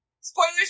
Spoilers